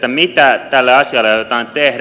mitä tälle asialle aiotaan tehdä